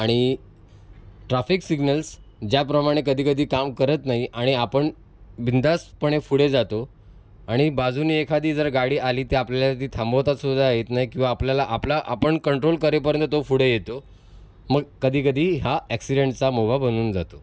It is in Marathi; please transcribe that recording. आणि ट्राफिक सिग्नल्स ज्याप्रमाणे कधीकधी काम करत नाही आणि आपण बिंदासपणे पुढे जातो आणि बाजूने एखादी जर गाडी आली ते आपल्याला ती थांबवतासुद्धा येत नाही किंवा आपल्याला आपला आपण कंट्रोल करेपर्यंत तो पुढे येतो मग कधीकधी हा ॲक्सिडेंटचा मोका बनून जातो